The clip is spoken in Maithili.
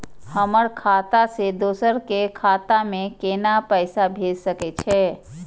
हमर खाता से दोसर के खाता में केना पैसा भेज सके छे?